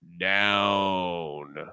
down